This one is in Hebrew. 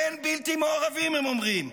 אין בלתי מעורבים, הם אומרים,